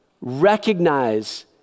Recognize